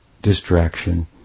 distraction